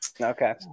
Okay